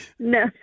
No